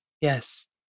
yes